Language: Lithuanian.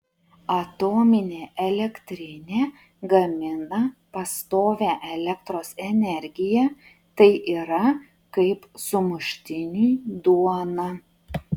atominė elektrinė gamina pastovią elektros energiją tai yra kaip sumuštiniui duona